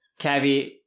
Cavi